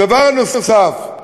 הדבר הנוסף,